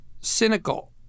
cynical